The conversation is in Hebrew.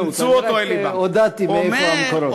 אני רק הודעתי מאיפה המקורות.